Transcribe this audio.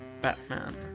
Batman